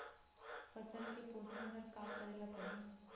फसल के पोषण बर का करेला पढ़ही?